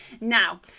Now